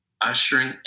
ushering